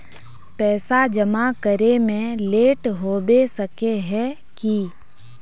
पैसा जमा करे में लेट होबे सके है की?